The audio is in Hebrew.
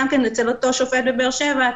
אצל אותו שופט בבאר שבע,